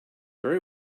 very